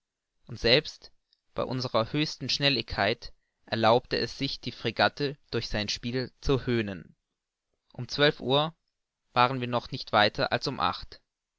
und selbst bei unserer höchsten schnelligkeit erlaubte es sich die fregatte durch sein spiel zu höhnen um zwölf uhr waren wir noch nicht weiter als um acht